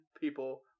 people